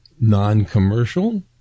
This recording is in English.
non-commercial